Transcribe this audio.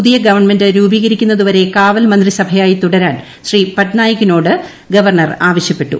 പുതിയ ഗവൺമെന്റ് രൂപീകരിക്കുന്നതുവരെ കാവൽ മന്ത്രിസഭയായി തുടരാൻ ശ്രീ പട്നായിക്കിനോട് ഗവർണർ ആവശ്യപ്പെട്ടു